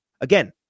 Again